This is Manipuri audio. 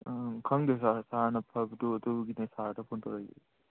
ꯈꯪꯗꯦ ꯁꯥꯔ ꯁꯥꯔꯅ ꯐꯕꯗꯨ ꯑꯗꯨꯒꯤꯅꯦ ꯁꯥꯔꯗ ꯐꯣꯟ ꯇꯧꯔꯛꯏꯁꯦ